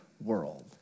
world